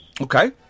Okay